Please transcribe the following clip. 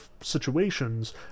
situations